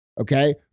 okay